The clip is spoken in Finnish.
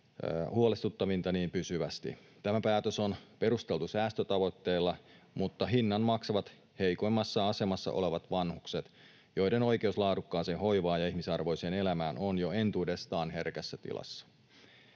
huolestuttavinta, pysyvästi. Tämä päätös on perusteltu säästötavoitteilla, mutta hinnan maksavat heikoimmassa asemassa olevat vanhukset, joiden oikeus laadukkaaseen hoivaan ja ihmisarvoiseen elämään on jo entuudestaan herkässä tilassa.